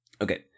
Okay